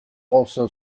also